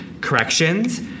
corrections